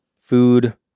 food